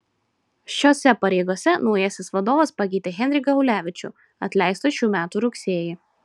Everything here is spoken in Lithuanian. šiose pareigose naujasis vadovas pakeitė henriką ulevičių atleistą šių metų rugsėjį